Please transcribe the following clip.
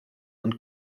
und